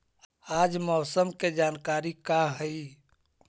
आज मौसम के जानकारी का हई?